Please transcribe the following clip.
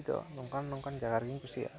ᱱᱤᱛᱚᱜ ᱱᱚᱝᱠᱟᱱ ᱱᱚᱝᱠᱟᱱ ᱡᱟᱭᱜᱟ ᱨᱮᱜᱤᱧ ᱠᱩᱥᱤᱭᱟᱜᱼᱟ